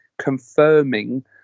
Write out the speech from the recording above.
confirming